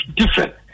different